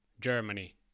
Germany